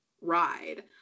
ride